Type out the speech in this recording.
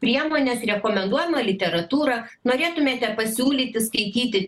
priemones rekomenduojamą literatūrą norėtumėte pasiūlyti skaityti te